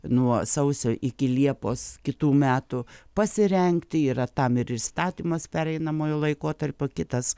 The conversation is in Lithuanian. nuo sausio iki liepos kitų metų pasirengti yra tam ir įstatymas pereinamojo laikotarpio kitas